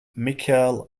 micheal